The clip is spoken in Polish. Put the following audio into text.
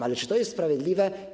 Ale czy to jest sprawiedliwe?